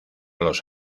los